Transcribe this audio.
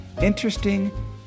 Interesting